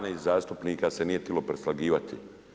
12 zastupnika se nije htjelo preslagivati.